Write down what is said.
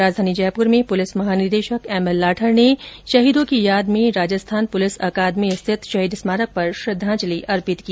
राजधानी जयपुर में पुलिस महानिर्देशक एमएल लाठर ने शहीदों की याद में राजस्थान पुलिस अकादमी स्थित शहीद स्मारक पर श्रद्धांजलि अर्पित की